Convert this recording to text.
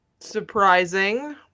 Surprising